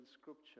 scripture